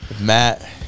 matt